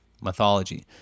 mythology